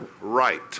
right